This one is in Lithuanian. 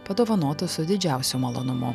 padovanota su didžiausiu malonumu